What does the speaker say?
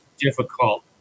difficult